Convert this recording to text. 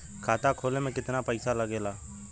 खाता खोले में कितना पैसा लगेला?